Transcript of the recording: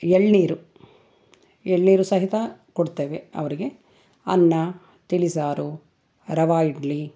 ಎಳನೀರು ಎಳನೀರು ಸಹಿತ ಕೊಡ್ತೇವೆ ಅವರಿಗೆ ಅನ್ನ ತಿಳಿ ಸಾರು ರವಾ ಇಡ್ಲಿ